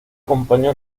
acompañó